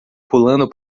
pulando